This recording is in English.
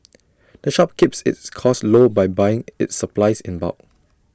the shop keeps its costs low by buying its supplies in bulk